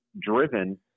driven